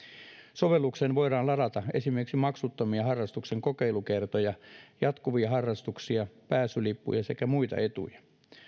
sovellukseen voidaan ladata esimerkiksi maksuttomia harrastuksen kokeilukertoja jatkuvia harrastuksia pääsylippuja sekä muita etuja